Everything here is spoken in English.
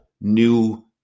new